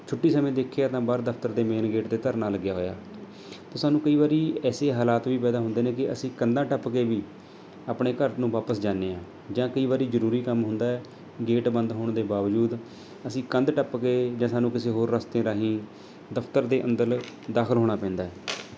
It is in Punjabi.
ਛੁੱਟੀ ਸਮੇਂ ਦੇਖਿਆ ਤਾਂ ਬਾਹਰ ਦਫ਼ਤਰ ਦੇ ਮੇਨ ਗੇਟ 'ਤੇ ਧਰਨਾ ਲੱਗਿਆ ਹੋਇਆ ਤਾਂ ਸਾਨੂੰ ਕਈ ਵਾਰੀ ਐਸੇ ਹਾਲਾਤ ਵੀ ਪੈਦਾ ਹੁੰਦੇ ਨੇ ਕਿ ਅਸੀਂ ਕੰਧਾਂ ਟੱਪ ਕੇ ਵੀ ਆਪਣੇ ਘਰ ਨੂੰ ਵਾਪਸ ਜਾਂਦੇ ਹਾਂ ਜਾਂ ਕਈ ਵਾਰੀ ਜ਼ਰੂਰੀ ਕੰਮ ਹੁੰਦਾ ਗੇਟ ਬੰਦ ਹੋਣ ਦੇ ਬਾਵਜੂਦ ਅਸੀਂ ਕੰਧ ਟੱਪ ਕੇ ਜਾਂ ਸਾਨੂੰ ਕਿਸੇ ਹੋਰ ਰਸਤੇ ਰਾਹੀਂ ਦਫ਼ਤਰ ਦੇ ਅੰਦਰ ਲ ਦਾਖ਼ਲ ਹੋਣਾ ਪੈਂਦਾ